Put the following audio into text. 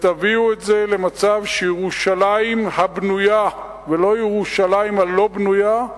תביאו את זה למצב של ירושלים הבנויה ולא ירושלים הלא-בנויה,